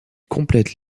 complète